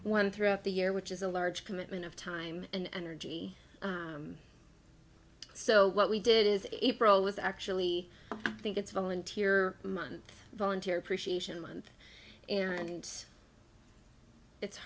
one throughout the year which is a large commitment of time and energy so what we did is april was actually i think it's volunteer month volunteer appreciation month and it's